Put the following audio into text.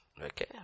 Okay